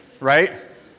right